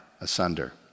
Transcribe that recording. asunder